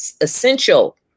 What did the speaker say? essential